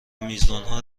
میزبانها